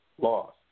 loss